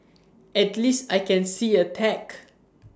at least I can see A tag